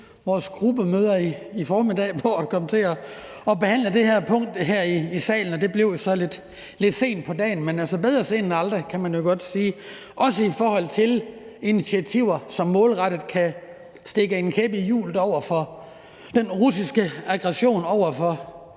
vores gruppemøder i formiddag på at komme til at behandle det her punkt her i salen, og det blev så lidt sent på dagen, men bedre sent end aldrig, kan man jo godt sige, også i forhold til initiativer, som målrettet kan stikke en kæp i hjulet på den russiske aggression over for